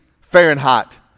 Fahrenheit